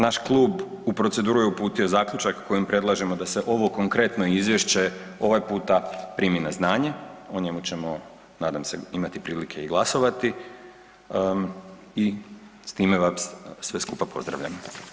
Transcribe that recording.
Naš klub u proceduru je uputio zaključak da se ovo konkretno izvješće ovaj puta primi na znanje, o njemu ćemo nadam se imati prilike i glasovati i s time vas sve skupa pozdravljam.